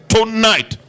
Tonight